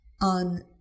on